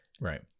right